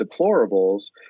deplorables